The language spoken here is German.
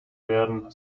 werden